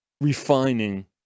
refining